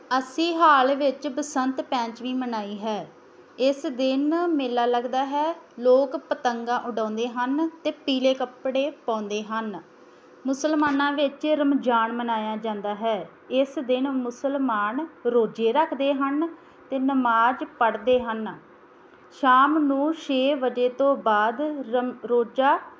ਅਸੀਂ ਹਾਲ ਵਿੱਚ ਬਸੰਤ ਪੰਚਮੀ ਮਨਾਈ ਹੈ ਇਸ ਦਿਨ ਮੇਲਾ ਲੱਗਦਾ ਹੈ ਲੋਕ ਪਤੰਗ ਉਡਾਉਂਦੇ ਹਨ ਅਤੇ ਪੀਲੇ ਕੱਪੜੇ ਪਾਉਂਦੇ ਹਨ ਮੁਸਲਮਾਨਾਂ ਵਿੱਚ ਰਮਜਾਨ ਮਨਾਇਆ ਜਾਂਦਾ ਹੈ ਇਸ ਦਿਨ ਮੁਸਲਮਾਨ ਰੋਜੇ ਰੱਖਦੇ ਹਨ ਅਤੇ ਨਮਾਜ਼ ਪੜ੍ਹਦੇ ਹਨ ਸ਼ਾਮ ਨੂੰ ਛੇ ਵਜੇ ਤੋਂ ਬਾਅਦ ਰਮ ਰੋਜਾ